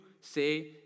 say